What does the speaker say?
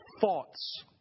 thoughts